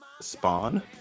Spawn